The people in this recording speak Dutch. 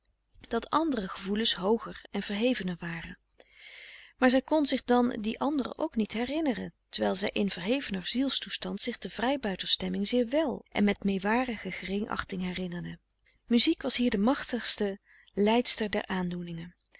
dat andere gevoelens hooger en verhevener waren maar zij kon zich dan die andere ook niet herinneren terwijl zij in verhevener zielstoestand zich de vrijbuitersstemming zeer wel en met meewarige geringachting herinnerde muziek was hier de machtigste leidster der aandoeningen